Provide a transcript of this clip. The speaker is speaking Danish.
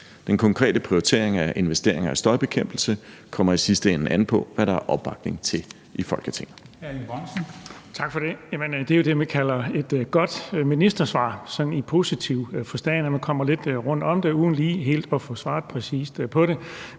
Den konkrete prioritering af investeringer i støjbekæmpelse kommer i sidste ende an på, hvad der er opbakning til i Folketinget.